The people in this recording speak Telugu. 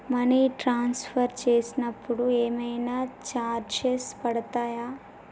మనీ ట్రాన్స్ఫర్ చేసినప్పుడు ఏమైనా చార్జెస్ పడతయా?